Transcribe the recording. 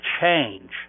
change